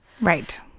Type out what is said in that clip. Right